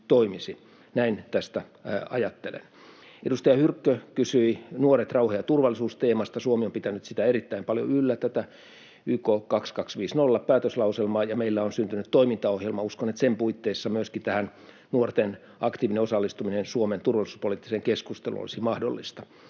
Näin tästä ajattelen. Edustaja Hyrkkö kysyi Nuoret, rauha ja turvallisuus -teemasta. Suomi on pitänyt erittäin paljon yllä tätä YK:n 2250-päätöslauselmaa, ja meillä on syntynyt toimintaohjelma. Uskon, että sen puitteissa myöskin nuorten aktiivinen osallistuminen Suomen turvallisuuspoliittiseen keskusteluun olisi mahdollista.